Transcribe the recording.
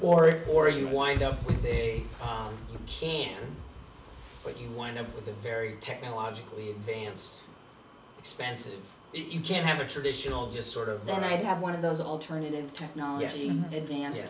already or you wind up with a what you wind up with a very technologically advanced expensive you can't have a traditional just sort of then i'd have one of those alternative technology advance